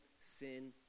sin